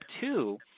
two